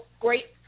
great